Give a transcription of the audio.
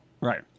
right